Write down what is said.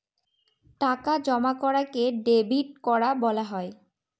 টাকা জমা করাকে ডেবিট করা বলা হয়